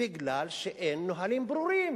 מכיוון שאין נהלים ברורים